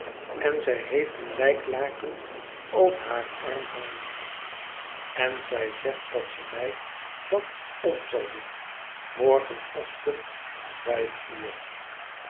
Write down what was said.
en zij heeft een lijklaken over haar arm hangen en zij zegt dat ze mij dat om zal doen mor'genochtend om vijf uur